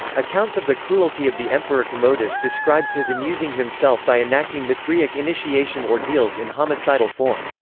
accounts of the cruelty of the emperor commodus describes his amusing himself by enacting mithriac initiation ordeals in homicidal form.